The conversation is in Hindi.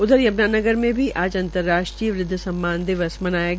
उधर यम्नानगर में भी आज अंतर्राष्टीय वृद्व सम्मान दिवस मनाया गया